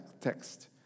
text